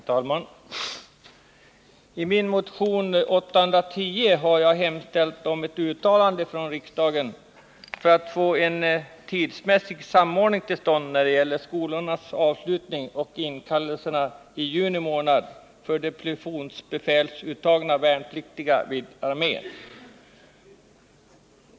Herr talman! I min motion 810 har jag hemställt om ett uttalande av riksdagen för att få en tidsmässig samordning till stånd när det gäller skolornas avslutning och inkallelserna i juni månad för de plutonsbefälsuttagna värnpliktiga vid armén.